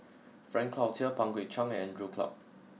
Frank Cloutier Pang Guek Cheng and Andrew Clarke